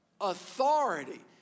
Authority